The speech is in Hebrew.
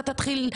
אתה תתחיל.